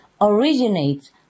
originates